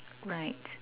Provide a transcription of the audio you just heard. right